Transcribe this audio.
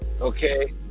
Okay